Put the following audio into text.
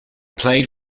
played